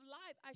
life